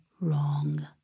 wrong